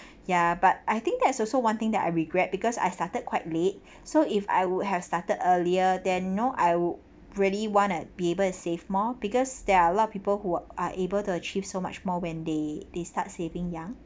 ya but I think that's also one thing that I regret because I started quite late so if I would have started earlier than you know I would really want to be able to save more because there are a lot of people who are able to achieve so much more when they they start saving young